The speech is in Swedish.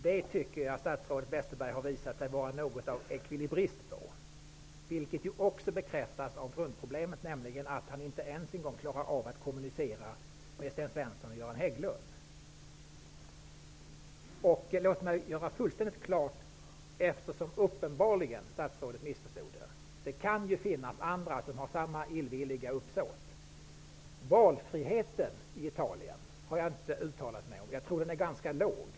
Det tycker jag att statsrådet Westerberg har visat sig vara något av ekvilibrist på att göra, vilket också bekräftas av grundproblemet, nämligen att han inte ens klarar av att kommunicera med Sten Svensson och Göran Låt mig göra detta fullständigt klart, eftersom statsrådet uppenbarligen missförstod vad jag sade -- det kan ju finnas andra som har samma illvilliga uppsåt. Jag har inte uttalat mig om valfriheten i Italien. Jag tror att den är ganska liten.